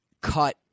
cut